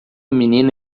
menina